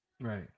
right